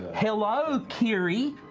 hello kiri.